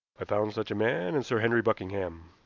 i found such a man in sir henry buckingham.